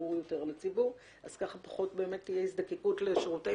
ברור יותר לציבור אז תהיה פחות היזקקות לשירותי